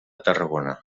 tarragona